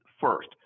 First